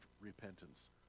repentance